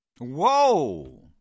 Whoa